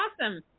awesome